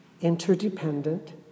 interdependent